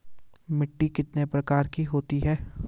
मिट्टी कितने प्रकार की होती है?